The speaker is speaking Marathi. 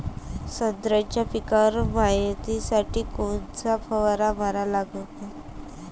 संत्र्याच्या पिकावर मायतीसाठी कोनचा फवारा मारा लागन?